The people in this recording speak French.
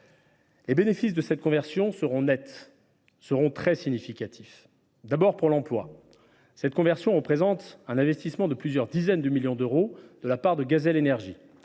Les bénéfices de cette conversion seront nets et très significatifs. D’abord, pour l’emploi : cette conversion représente un investissement de plusieurs dizaines de millions d’euros de la part de GazelEnergie.